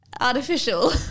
artificial